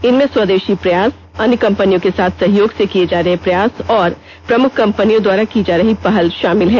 इनमें स्वदेशी प्रयास अन्य कंपनियों के साथ सहयोग से किये जा रहे प्रयास और प्रमुख कंपनियों द्वारा की जा रही पहल शामिल हैं